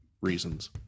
reasons